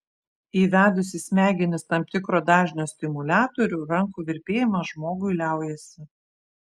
įvedus į smegenis tam tikro dažnio stimuliatorių rankų virpėjimas žmogui liaujasi